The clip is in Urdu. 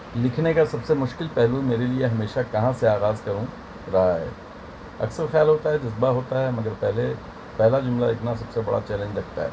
لکھنے کا سب سے مشکل پہلو میرے لیے ہمیشہ کہاں سے آغاز کروں رہا ہے اکثر خیال ہوتا ہے جذبہ ہوتا ہے مگر پہلے پہلا جملہ اتنا سب سے بڑا چیلنج لگتا ہے